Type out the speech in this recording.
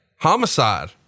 Homicide